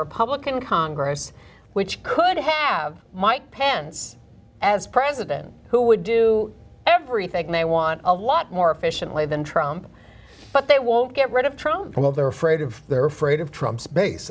republican congress which could have mike pence as president who would do everything they want a lot more efficiently than trump but they won't get rid of trump well they're afraid of they're afraid of trump's base